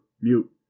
mute